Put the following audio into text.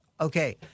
Okay